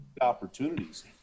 opportunities